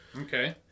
Okay